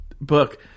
book